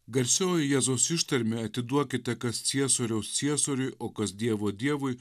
garsioji jėzaus ištarmė atiduokite kas ciesoriaus ciesoriui o kas dievo dievui